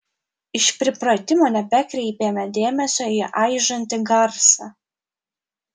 iš pripratimo nebekreipėme dėmesio į aižantį garsą